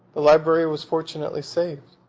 the library was fortunately saved,